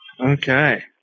Okay